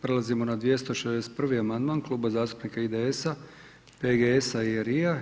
Prelazimo na 261. amandman Kluba zastupnika IDS-a, PGS-a i LRI-a.